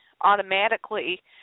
automatically